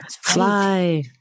Fly